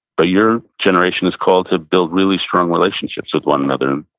but your generation is called to build really strong relationships with one another.